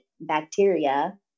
bacteria